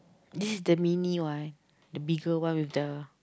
there the mini one the bigger one with the